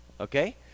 Okay